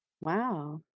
Wow